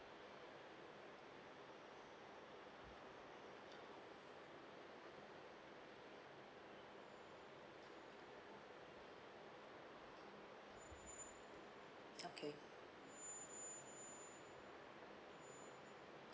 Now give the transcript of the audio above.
okay